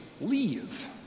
leave